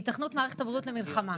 היתכנות מערכת הבריאות למלחמה,